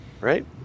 Right